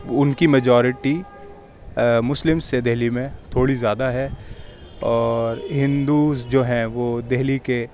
ان کی میجورٹی مسلم سے دہلی میں تھوڑی زیادہ ہے اور ہندوز جو ہیں وہ دہلی کے